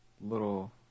little